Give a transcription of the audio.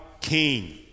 king